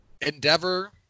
Endeavor